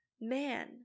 Man